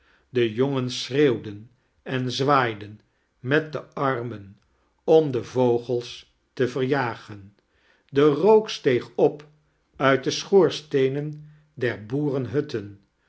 de jongens schreeuwden ein zwaaiden met de armen om de vogels te verjagen de rook steeg op uit de schoorsteenen der